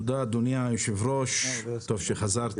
תודה אדוני היושב-ראש, טוב שחזרת